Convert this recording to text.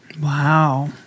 Wow